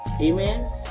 Amen